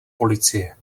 policie